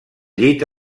llit